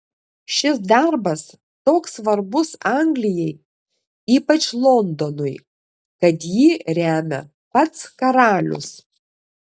šis darbas toks svarbus anglijai ypač londonui kad jį remia pats karalius